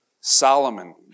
Solomon